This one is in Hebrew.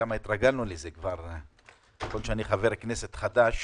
אני חבר כנסת חדש